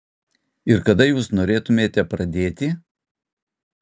ir kada jūs norėtumėte pradėti